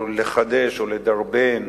או לחדש, או לדרבן,